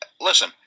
Listen